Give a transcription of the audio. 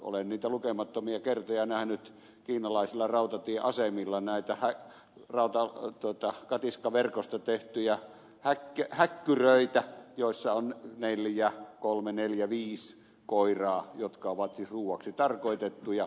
olen lukemattomia kertoja nähnyt kiinalaisilla rautatieasemilla näitä katiskaverkosta tehtyjä häkkyröitä joissa on kolmeneljäviisi koiraa jotka ovat siis ruuaksi tarkoitettuja